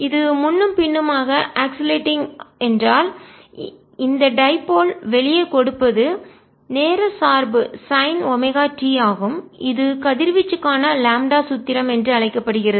இது முன்னும் பின்னுமாக ஆக்சிலேட்டிங் ஊசலாடும் என்றால் இந்த டைபோல் இருமுனை வெளியே கொடுப்பது நேர சார்பு சைன் ஒமேகா t ஆகும் இது கதிர்வீச்சுக்கான லாம்ப்டா சூத்திரம் என்று அழைக்கப்படுகிறது